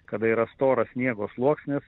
kada yra storas sniego sluoksnis